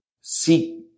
seek